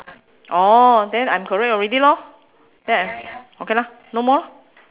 orh then I'm correct already lor yeah okay lah no more lor